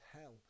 hell